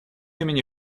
имени